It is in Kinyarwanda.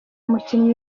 umukinyi